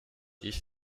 ich